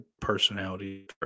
personality